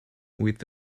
with